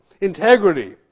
integrity